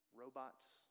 robots